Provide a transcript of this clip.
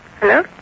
Hello